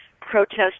protest